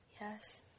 Yes